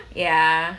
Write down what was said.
ya